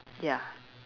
ya